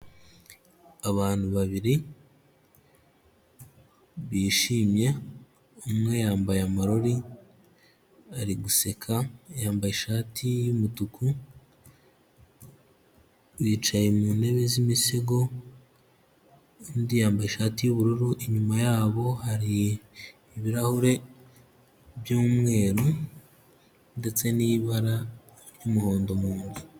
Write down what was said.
Abantu babiri bishimye, umwe yambaye amarori ari guseka yambaye ishati y'umutuku y'icaye mu ntebe z'imisego, undi yambaye ishati y'ubururu inyuma yabo hari ibirahure by'umweru ndetse n'ibara ry'umuhondo mu nzu.